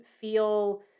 feel